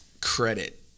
credit